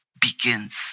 begins